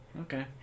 Okay